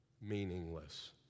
meaningless